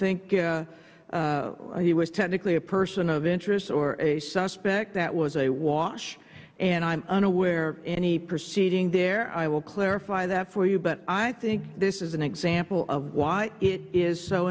think he was technically a person of interest or a suspect that was a watch and i'm unaware of any proceeding there i will clarify that for you but i think this is an example of why it is so